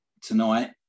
tonight